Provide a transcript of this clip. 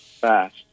fast